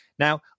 Now